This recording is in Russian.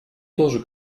тоже